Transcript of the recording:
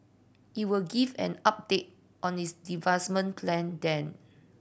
it will give an update on its divestment plan then